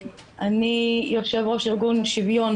יושבת-ראש ארגון שוויון